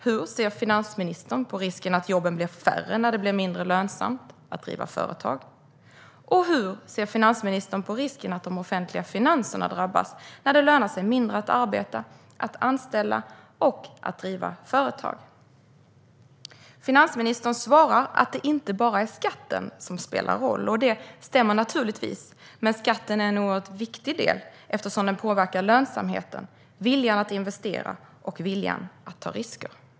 Hur ser finansministern på risken att jobben blir färre när det blir mindre lönsamt att driva företag? Och hur ser finansministern på risken att de offentliga finanserna drabbas när det lönar sig mindre att arbeta, att anställa och att driva företag? Finansministern svarar att det inte bara är skatten som spelar roll. Det stämmer naturligtvis. Men skatten är en oerhört viktig del, eftersom den påverkar lönsamheten, viljan att investera och viljan att ta risker.